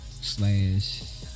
Slash